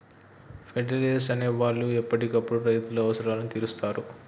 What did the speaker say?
fertilisers అనే వాళ్ళు ఎప్పటికప్పుడు రైతుల అవసరాలను తీరుస్తారు